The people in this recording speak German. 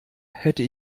hätte